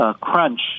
crunch